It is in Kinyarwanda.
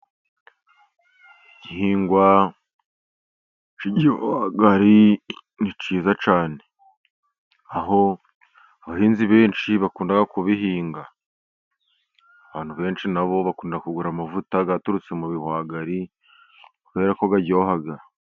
Igihingwa cy' igihwagari ni cyiza cyane aho abahinzi benshi bakunda kubihinga, abantu benshi na bo bakunda kugura amavuta yaturutse mu bihwagari, kuberako aryoha.